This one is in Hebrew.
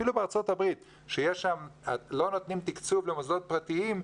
אפילו בארצות הברית שלא נותנים תקצוב למוסדות פרטיים,